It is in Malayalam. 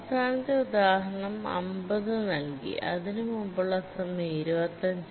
അവസാനത്തെ ഉദാഹരണം 50 നൽകി അതിനുമുമ്പുള്ള സമയം 25 12